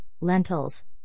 lentils